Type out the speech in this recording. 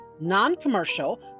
Non-Commercial